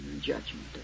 judgment